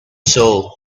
soul